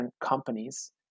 companies